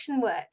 work